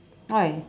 why